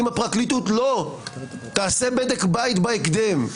אם הפרקליטות לא תעשה בדק בית בהקדם,